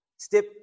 Step